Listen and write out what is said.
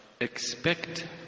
expect